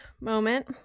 moment